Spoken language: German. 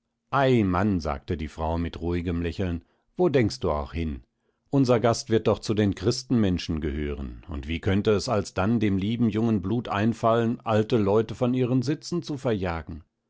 ei mann sagte die frau mit ruhigem lächeln wo denkst du auch hin unser gast wird doch zu den christenmenschen gehören und wie könnte es alsdann dem lieben jungen blut einfallen alte leute von ihren sitzen zu verjagen